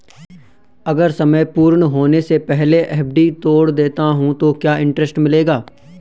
अगर समय पूर्ण होने से पहले एफ.डी तोड़ देता हूँ तो क्या इंट्रेस्ट मिलेगा?